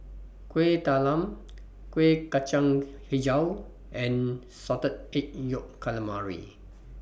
Kuih Talam Kueh Kacang Hijau and Salted Egg Yolk Calamari